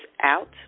out